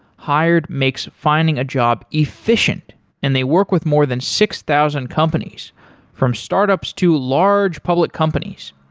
hired makes finding a job efficient and they work with more than six thousand companies from startups to large public companies.